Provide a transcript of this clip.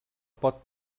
pot